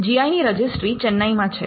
જી I ની રજીસ્ટ્રી ચેન્નઈમાં છે